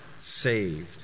saved